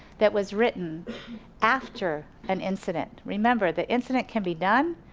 that was written after an incident. remember the incident can be done,